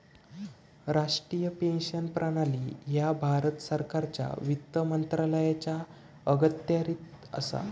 राष्ट्रीय पेन्शन प्रणाली ह्या भारत सरकारच्या वित्त मंत्रालयाच्या अखत्यारीत असा